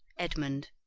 edmund,